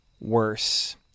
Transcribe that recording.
worse